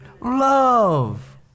love